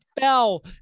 fell